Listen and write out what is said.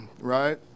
right